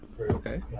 Okay